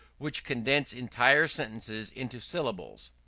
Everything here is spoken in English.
which condense entire sentences into syllables.